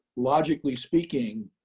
logically speaking,